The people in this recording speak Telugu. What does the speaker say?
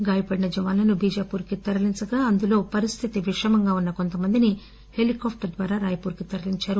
గాయపడిన జవాన్లను బీజాపూర్ కి తరలించగా అందులో పరిస్తితి విషమంగా ఉన్న కొంతమందిని హిలికాప్టర్ ద్వారా రాయ్ పూర్ కి తరలించారు